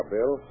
Bill